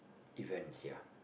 events ya